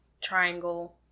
triangle